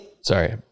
Sorry